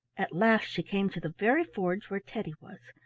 at last she came to the very forge where teddy was,